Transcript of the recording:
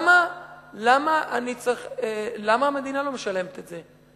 למה המדינה לא משלמת את זה?